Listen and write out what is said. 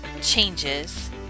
changes